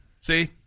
see